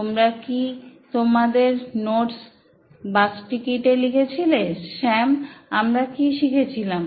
তোমরা কি তোমাদের নোটস বাস টিকিটে লিখেছিলে স্যাম আমরা কি শিখেছিলাম